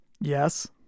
Yes